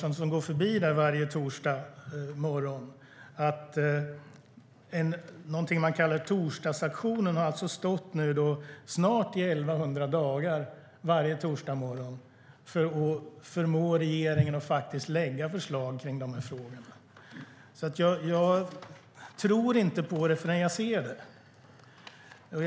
Någonting man kallar torsdagsaktionen har nu stått i snart 1 100 dagar varje torsdagsmorgon för att förmå regeringen att lägga fram förslag om de här frågorna. Maria Larsson vet naturligtvis detta; hon går förbi dem varje torsdagsmorgon.